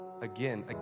Again